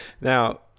now